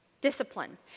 Discipline